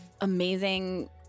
amazing